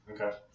Okay